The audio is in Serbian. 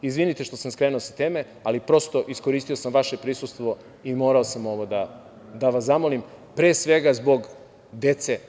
Izvinite što sam skrenuo sa teme, ali prosto iskoristio sam vaše prisustvo i morao sam ovo da vas zamolim, pre svega zbog dece.